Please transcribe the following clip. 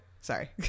Sorry